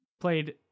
played